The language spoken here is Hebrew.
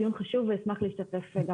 הדיון הוא חשוב ואשמח להשתתף גם בהמשך.